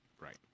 right